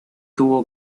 tuvo